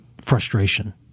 frustration